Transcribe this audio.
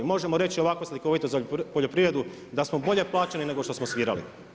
Možemo reći ovako slikovito za poljoprivredu, da smo bolje plaćeni nego što smo svirali.